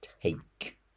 take